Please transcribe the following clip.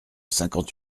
cinquante